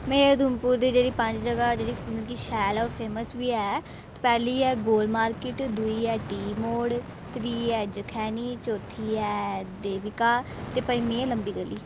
में उधमपुर दी जेह्ड़ी पंज जगह् मतलब की शैल ऐ ओह् फेमस बी ऐ ते पैह्ली ऐ गोल मार्किट दूई ऐ टी मोड़ त्रीऽ ऐ जखैनी चौथी ऐ देविका ते पञमीं ऐ लम्बी गली